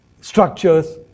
structures